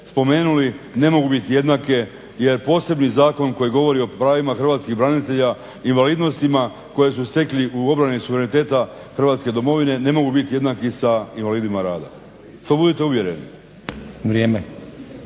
spomenuli, ne mogu biti jednake jer posebni zakon koji govori o pravima hrvatskih branitelja i invalidnostima koje su stekli u obrani suvereniteta hrvatske domovine ne mogu biti jednaki sa invalidima rada. To budite uvjereni.